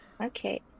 Okay